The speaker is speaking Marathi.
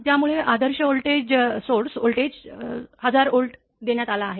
त्यामुळे आदर्श व्होल्टेज सोर्स व्होल्टेज 1000 व्होल्ट देण्यात आला आहे